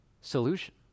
solution